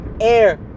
air